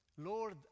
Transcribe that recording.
Lord